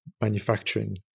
manufacturing